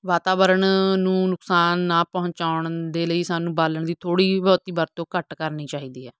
ਵਾਤਾਵਰਨ ਨੂੰ ਨੁਕਸਾਨ ਨਾ ਪਹੁੰਚਾਉਣ ਦੇ ਲਈ ਸਾਨੂੰ ਬਾਲਣ ਦੀ ਥੋੜ੍ਹੀ ਬਹੁਤੀ ਵਰਤੋਂ ਘੱਟ ਕਰਨੀ ਚਾਹੀਦੀ ਹੈ